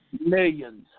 Millions